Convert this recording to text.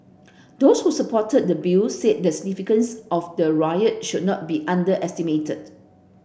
those who supported the Bill said the significance of the riot should not be underestimated